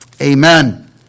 Amen